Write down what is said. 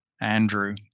Andrew